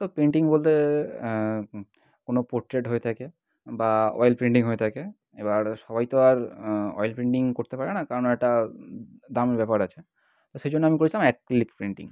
তো পেন্টিং বলতে কোনো পোট্রেট হয়ে থাকে বা ওয়েল পেন্টিং হয়ে থাকে এবার সবাই তো আর ওয়েল পেন্টিং করতে পারে না কারণ ও একটা দামি ব্যাপার আছে তো সেই জন্য আমি করেছিলাম অ্যাক্রেলিক পেন্টিং